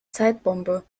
zeitbombe